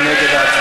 מי נגד?